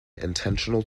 intentional